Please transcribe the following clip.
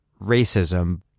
racism